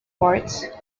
ports